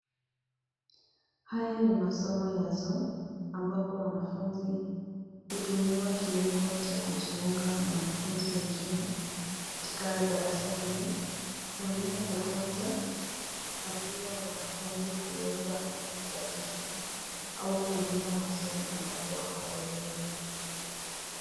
Haya ni masomo ya (cs)zoom(cs) ambapo wanafunzi hutumiwa kiungo cha kujiunga na wanafunzi wengine Katika darasa hili, mwalimu hufunza na pia wanafunzi huweza kujadiliana au kuuliza maswali ambapo hawaelewi.